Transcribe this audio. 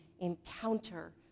encounter